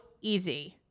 easy